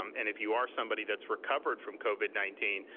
um and if you are somebody that's recovered from covid nineteen,